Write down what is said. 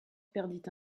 perdit